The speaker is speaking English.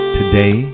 today